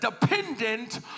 dependent